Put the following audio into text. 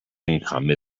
income